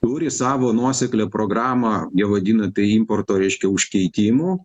turi savo nuosekliai programą jie vadina tai importo reiškia užkeikimu